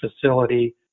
facility